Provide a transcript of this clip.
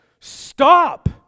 Stop